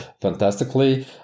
fantastically